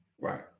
Right